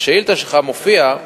בשאילתא שלך מופיע,